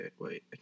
wait